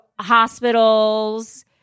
hospitals